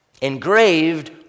engraved